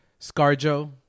ScarJo